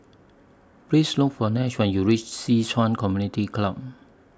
Please Look For Nash when YOU REACH Ci Yuan Community Club